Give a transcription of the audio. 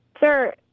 Sir